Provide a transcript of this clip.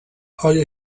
آیا